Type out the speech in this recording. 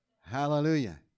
Hallelujah